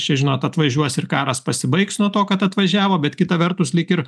čia žinot atvažiuos ir karas pasibaigs nuo to kad atvažiavo bet kita vertus lyg ir